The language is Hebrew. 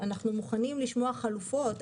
אנחנו מוכנים לשמוע חלופות,